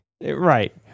Right